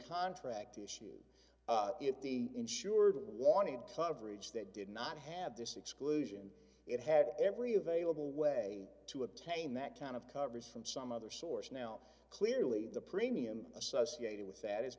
contract issue if the insured wanted coverage that did not have this exclusion it had every available way to obtain that kind of coverage from some other source now clearly the premium associated with that is